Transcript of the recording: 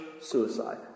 suicide